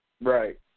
Right